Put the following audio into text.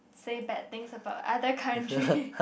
say bad things about other country